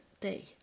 day